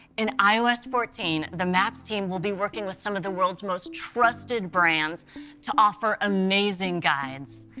in ios fourteen the maps team will be working with some of the world's most trusted brands to offer amazing guides.